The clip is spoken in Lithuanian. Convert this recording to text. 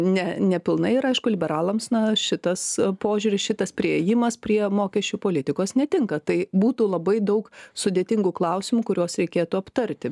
ne nepilnai ir aišku liberalams na šitas požiūris šitas priėjimas prie mokesčių politikos netinka tai būtų labai daug sudėtingų klausimų kuriuos reikėtų aptarti